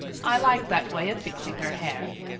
i like that way of fixing her hair.